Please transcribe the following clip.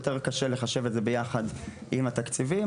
קשה יותר לחשב את זה יחד עם התקציבים,